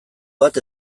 bat